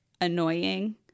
annoying